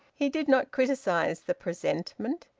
he did not criticise the presentment.